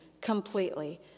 completely